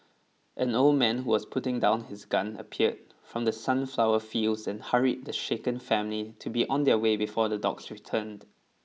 an old man who was putting down his gun appeared from the sunflower fields and hurried the shaken family to be on their way before the dogs returned